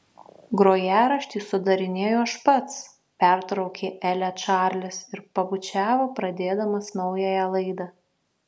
grojaraštį sudarinėju aš pats pertraukė elę čarlis ir pabučiavo pradėdamas naująją laidą